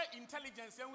intelligence